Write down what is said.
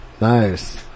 Nice